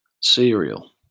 cereal